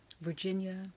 Virginia